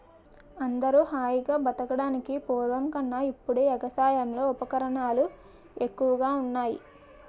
అందరూ హాయిగా బతకడానికి పూర్వం కన్నా ఇప్పుడే ఎగసాయంలో ఉపకరణాలు ఎక్కువగా ఉన్నాయ్